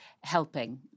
helping